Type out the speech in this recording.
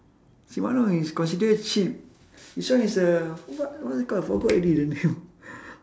shimano is consider cheap this one is a what what is it called forgot already the name